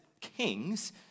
kings